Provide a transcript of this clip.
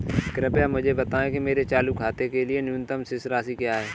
कृपया मुझे बताएं कि मेरे चालू खाते के लिए न्यूनतम शेष राशि क्या है?